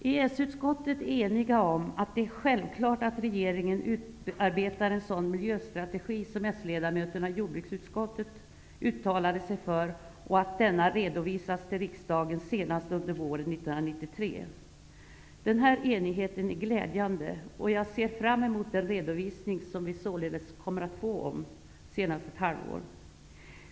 Inom EES-utskottet är man enig om att det är självklart att regeringen skall utarbeta en sådan miljöstrategi som de socialdemokratiska ledamöterna i jordbruksutskottet uttalade sig för och att denna skall redovisas för riksdagen senast under våren 1993. Denna enighet är glädjande och jag ser fram emot den redovisning som vi således kommer att få senast om ett halvår.